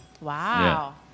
Wow